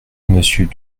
monsieur